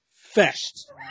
Fest